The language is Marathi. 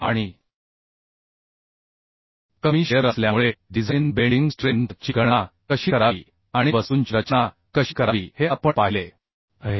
आणि कमी शिअर असल्यामुळे डिझाइन बेंडिंग स्ट्रेंथ ची गणना कशी करावी आणि वस्तूंची रचना कशी करावी हे आपण पाहिले आहे